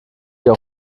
ihr